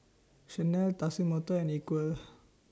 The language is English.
Chanel Tatsumoto and Equal